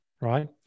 right